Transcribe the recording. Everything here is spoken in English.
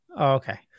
Okay